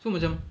so macam